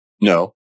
No